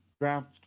draft